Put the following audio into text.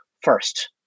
first